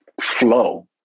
flow